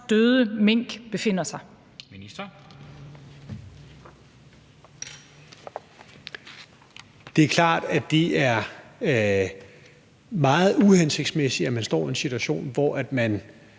og fiskeri (Rasmus Prehn): Det er klart, at det er meget uhensigtsmæssigt, at man står i en situation, hvor man